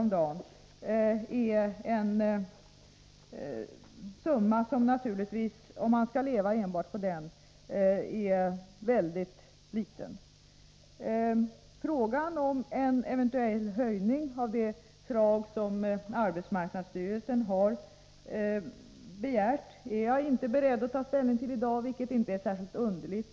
om dagen är en mycket liten summa, om man skall leva enbart på den. Frågan om en eventuell höjning till det belopp som arbetsmarknadsstyrelsen har begärt är jag inte beredd att ta ställning till i dag, vilket inte är särskilt underligt.